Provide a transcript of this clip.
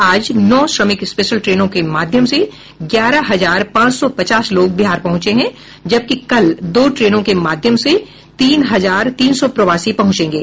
आज नौ श्रमिक स्पेशल ट्रेनों के माध्यम से ग्यारह हजार पांच सौ पचास लोग बिहार पहुंचे हैं जबकि कल दो ट्रेनों के माध्यम से तीन हजार तीन सौ प्रवासी पहुंचेंगे